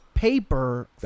Paper